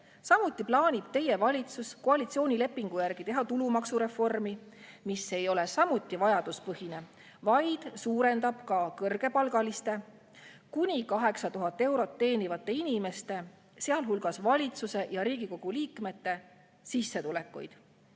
Samuti plaanib teie valitsus koalitsioonilepingu järgi teha tulumaksureformi, mis ei ole samuti vajaduspõhine, vaid suurendab ka kõrgepalgaliste, kuni 8000 eurot teenivate inimeste, sealhulgas valitsuse ja Riigikogu liikmete sissetulekuid.